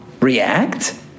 react